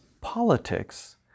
politics